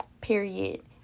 Period